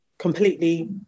completely